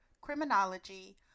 criminology